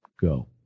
go